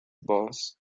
bus